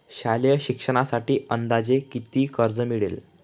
शालेय शिक्षणासाठी अंदाजे किती कर्ज मिळेल?